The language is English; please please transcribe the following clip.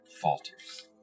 falters